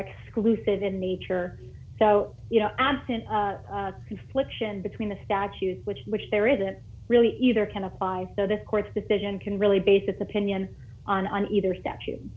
exclusive in nature so you know absent confliction between the statute which which there isn't really either can apply so the court's decision can really base its opinion on on either statute